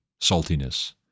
saltiness